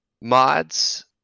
mods